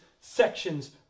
sections